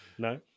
no